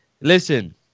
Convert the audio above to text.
Listen